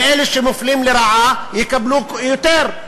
ואלה שמופלים לרעה יקבלו יותר.